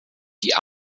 die